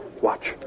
Watch